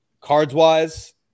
cards-wise